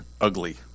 ugly